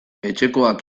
etxekoak